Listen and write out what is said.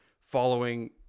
following